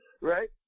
right